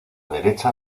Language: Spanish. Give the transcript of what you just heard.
derecha